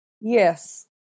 Yes